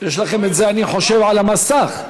עשר דקות לרשותך.